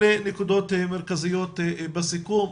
אלה נקודות מרכזיות בסיכום.